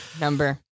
number